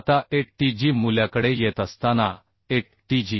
आता A t g मूल्याकडे येत असताना Atg